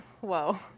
whoa